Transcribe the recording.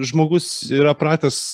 žmogus yra pratęs